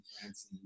France